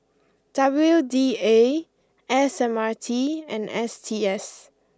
W D A S M R T and S T S